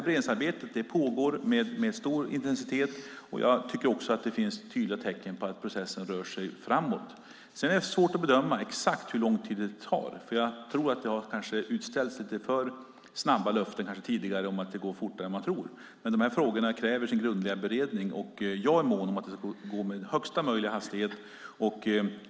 Beredningsarbetet pågår med stor intensitet, och det finns tydliga tecken på att processen rör sig framåt. Det är dock svårt att bedöma exakt hur lång tid det tar. Tidigare har det kanske utställts löften om att det skulle gå fortare än det gör, men frågorna kräver sin grundliga beredning. Jag är mån om att det ska gå med högsta möjliga hastighet.